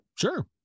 Sure